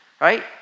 right